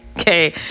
okay